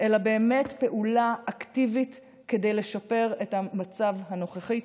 אלא באמת פעולה אפקטיבית כדי לשפר את המצב הנוכחי.